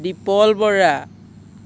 Dipal Bora